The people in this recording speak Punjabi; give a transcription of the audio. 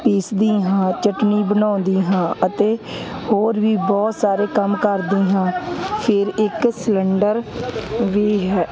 ਪੀਸਦੀ ਹਾਂ ਚਟਨੀ ਬਣਾਉਂਦੀ ਹਾਂ ਅਤੇ ਹੋਰ ਵੀ ਬਹੁਤ ਸਾਰੇ ਕੰਮ ਕਰਦੀ ਹਾਂ ਫਿਰ ਇੱਕ ਸਿਲੰਡਰ ਵੀ ਹੈ